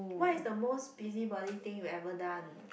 what is the most busybody thing you ever done